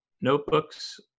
notebooks